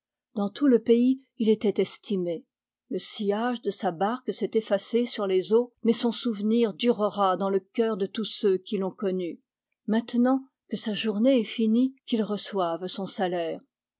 dans tout le pays il était estimé le sillage de sa barque s'est effacé sur les eaux mais son souvenir durera dans le cœur de tous ceux qui l'ont connu maintenant que sa journée est finie qu'il reçoive son salaire